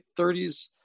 30s